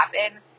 happen